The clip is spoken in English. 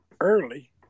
early